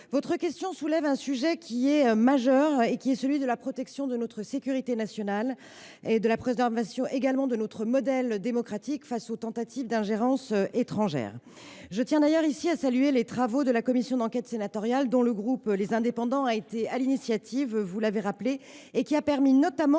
votre question soulève un sujet majeur, celui de la protection de notre sécurité nationale et de la préservation de notre modèle démocratique face aux tentatives d’ingérence étrangère. Je tiens d’ailleurs ici à saluer les travaux de la commission d’enquête sénatoriale dont le groupe Les Indépendants a pris l’initiative de la création, vous l’avez rappelé. Ces travaux ont notamment